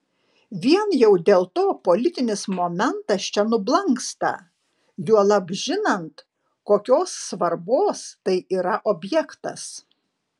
vien jau dėl to politinis momentas čia nublanksta juolab žinant kokios svarbos tai yra objektas